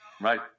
Right